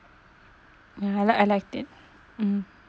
yeah I like I liked it mm